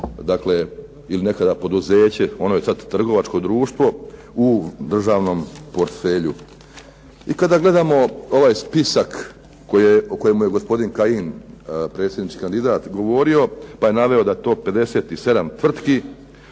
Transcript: tvrtka ili nekada poduzeće, ono je sad trgovačko društvo u državnom portfelju. I kada gledamo ovaj spisak o kojemu je gospodin Kajin, predsjednički kandidat, govorio pa je naveo da je to 57 tvrtki,